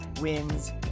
wins